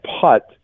putt